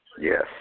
yes